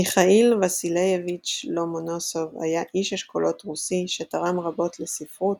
מיכאיל ואסילייביץ' לומונוסוב היה איש אשכולות רוסי שתרם רבות לספרות,